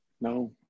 No